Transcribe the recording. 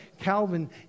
Calvin